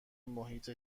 محیط